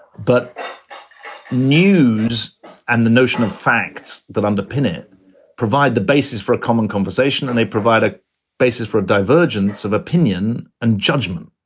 but news and the notion of facts that underpin it provide the basis for a common conversation. and they provide a basis for a divergence of opinion and judgment.